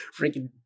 freaking